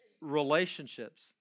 relationships